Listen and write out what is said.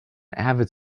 avid